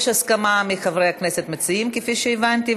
יש הסכמה מחברי הכנסת המציעים, כפי שהבנתי.